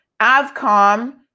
Avcom